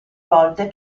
volte